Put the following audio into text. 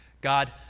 God